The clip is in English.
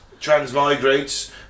transmigrates